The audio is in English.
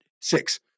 six